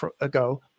ago